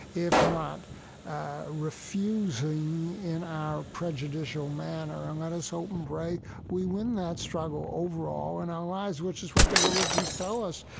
if not refusing in our prejudicial manner. and let us hope and pray we win that struggle overall in and our lives, which is what the religions tell us.